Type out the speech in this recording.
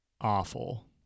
awful